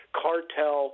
cartel